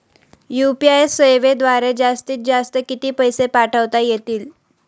UPI सेवेद्वारे जास्तीत जास्त किती पैसे पाठवता येतील?